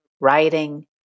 writing